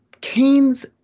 Keynes